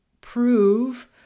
prove